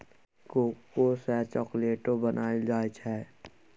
cocoa सँ चाकलेटो बनाइल जाइ छै